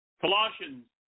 Colossians